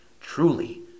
Truly